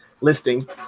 listing